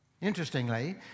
Interestingly